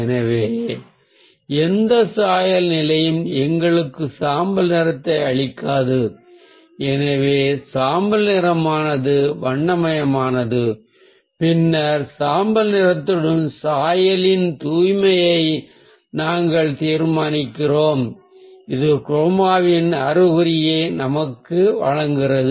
எனவே எந்த சாயல் நிலையும் எங்களுக்கு சாம்பல் நிறத்தை அளிக்காது எனவே சாம்பல் நிறமானது நிறமற்றது பின்னர் சாம்பல் நிறத்துடன் சாயலின் தூய்மையை நாங்கள் தீர்மானிக்கிறோம் இது குரோமாவின் அறிகுறியை நமக்கு வழங்குகிறது